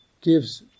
gives